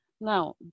Now